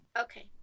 Okay